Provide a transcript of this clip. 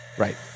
Right